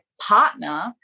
partner